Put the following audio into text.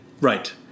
Right